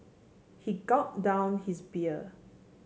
he gulp down his beer